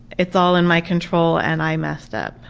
it's all in my control and i messed up.